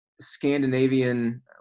Scandinavian